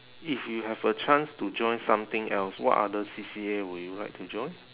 if you have a chance to join something else what other C_C_A would you like to join